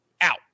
out